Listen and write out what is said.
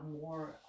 more